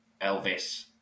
Elvis